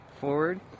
forward